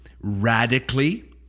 radically